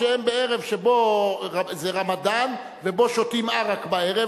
בערב שבו זה רמדאן ובו שותים עראק בערב,